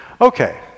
Okay